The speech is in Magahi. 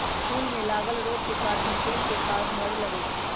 फूल में लागल रोग के कारणे फूल के पात झरे लगैए छइ